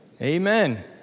Amen